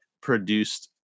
produced